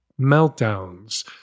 meltdowns